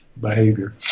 behavior